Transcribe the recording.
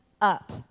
up